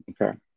Okay